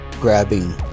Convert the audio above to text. grabbing